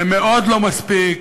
זה מאוד לא מספיק,